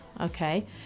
Okay